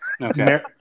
okay